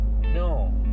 no